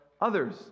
others